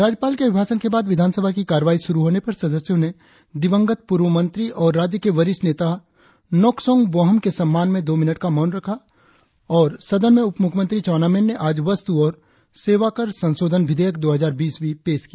राज्यपाल के अभिभाषण के बाद विधानसभा की कार्रवाई शुरु होने पर सदस्यों ने दिवंगत पूर्व मंत्री और राज्य के वरिष्ठ नेता नोकसोंग बोहम के सम्मान में दो मिनट का मौन रखा सदन में उपमुख्यमंत्री चाऊना मैन ने आज वस्तु और सेवाकर संशोधन विधेयक दो हजार बीस भी पेश किया